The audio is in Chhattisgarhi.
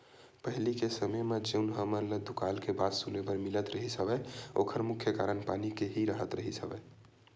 पहिली के समे म जउन हमन ल दुकाल के बात सुने बर मिलत रिहिस हवय ओखर मुख्य कारन पानी के ही राहत रिहिस हवय